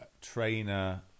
trainer